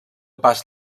pas